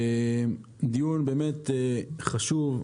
הדיון חשוב,